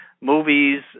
movies